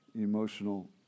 emotional